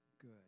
good